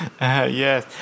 Yes